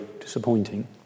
disappointing